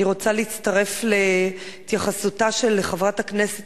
אני רוצה להצטרף להתייחסותה של חברת הכנסת